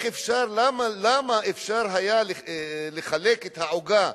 למה אפשר היה לחלק את העוגה,